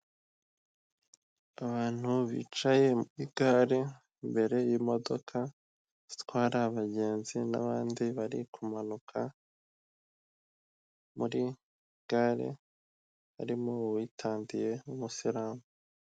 Abantu bicaye muri gare imbere y'imodoka zitwara abagenzi n'abandi bari kumanuka muri gare harimo uwitandiye w'umusilamu.